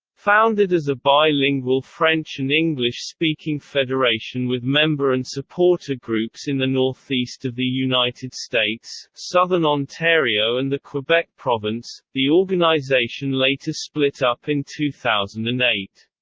founded as a bi-lingual french and english-speaking federation with member and supporter groups in the northeast of the united states, southern ontario and the quebec province, the organization later split up in two thousand and eight.